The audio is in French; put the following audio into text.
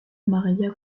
maría